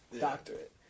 doctorate